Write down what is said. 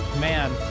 man